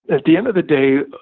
at the end of the day.